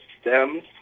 stems